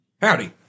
Howdy